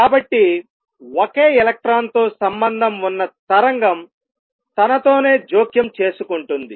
కాబట్టి ఒకే ఎలక్ట్రాన్తో సంబంధం ఉన్న తరంగం తనతోనే జోక్యం చేసుకుంటుంది